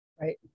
Right